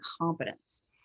competence